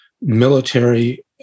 military